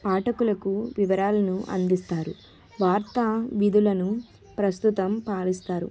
పాఠకులకు వివరాలను అందిస్తారు వార్త విధులను ప్రస్తుతం పాలిస్తారు